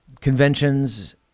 conventions